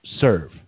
serve